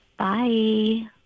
Bye